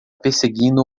perseguindo